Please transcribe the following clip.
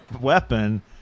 weapon